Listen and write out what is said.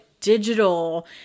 digital